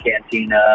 Cantina